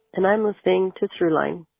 and i'm listening to throughline,